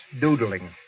doodling